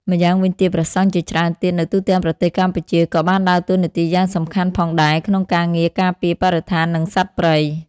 ម្យ៉ាងវិញទៀត ព្រះសង្ឃជាច្រើនទៀតនៅទូទាំងប្រទេសកម្ពុជាក៏បានដើរតួនាទីយ៉ាងសំខាន់ផងដែរ ក្នុងការងារការពារបរិស្ថាន និងសត្វព្រៃ។